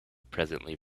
presently